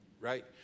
right